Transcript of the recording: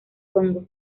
congo